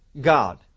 God